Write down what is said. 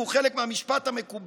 כי הוא חלק מהמשפט המקובל.